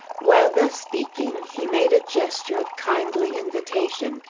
while thus speaking, he made a gesture of kindly invitation,